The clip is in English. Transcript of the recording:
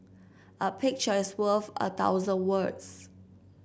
a picture is worth a thousand words